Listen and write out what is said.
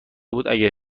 بود، اگه